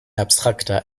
abstrakter